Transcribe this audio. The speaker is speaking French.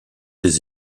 les